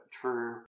true